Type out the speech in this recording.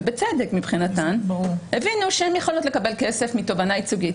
ובצד מבחינתן הבינו שהן יכולות לקבל כסף מתובענה ייצוגית.